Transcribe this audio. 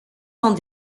dans